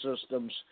systems